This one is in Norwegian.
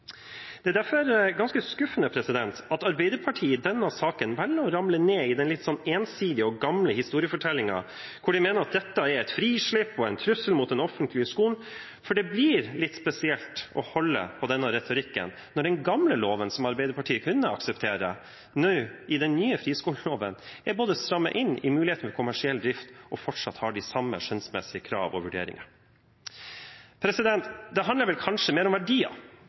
Det er derfor ganske skuffende at Arbeiderpartiet i denne saken velger å ramle ned i den litt ensidige og gamle historiefortellingen hvor de mener at dette er et frislipp og en trussel mot den offentlige skolen. Det blir litt spesielt å holde på denne retorikken når den gamle loven, som Arbeiderpartiet kunne akseptere, nå – i den nye friskoleloven – er strammet inn når det gjelder mulighet for kommersiell drift, og fortsatt har de samme skjønnsmessige krav og vurderinger. Det handler vel kanskje mer om verdier.